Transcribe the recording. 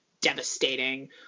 devastating